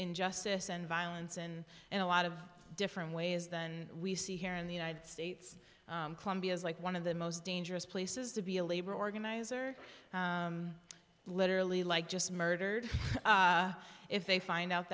injustice and violence and in a lot of different ways than we see here in the united states colombia is like one of the most dangerous places to be a labor organizer literally like just murdered if they find out